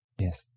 yes